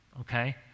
okay